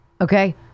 Okay